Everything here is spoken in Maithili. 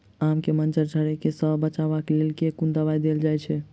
आम केँ मंजर झरके सऽ बचाब केँ लेल केँ कुन दवाई देल जाएँ छैय?